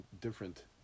different